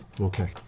Okay